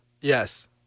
Yes